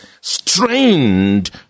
strained